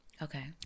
Okay